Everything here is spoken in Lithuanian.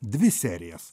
dvi serijas